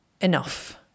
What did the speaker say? enough